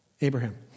Abraham